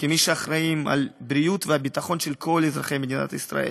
כמי שאחראים לבריאות והביטחון של כל אזרחי מדינת ישראל: